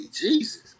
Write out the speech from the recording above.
Jesus